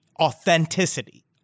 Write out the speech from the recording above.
authenticity